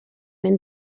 ben